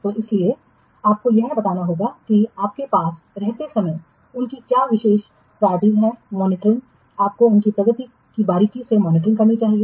तो इसीलिए इसलिए आपको यह बताना होगा कि आपके पास रहते समय उनकी क्या विशेष प्रायोरिटी है मॉनिटरिंग आपको उनकी प्रगति की बारीकी से मॉनिटरिंग करनी चाहिए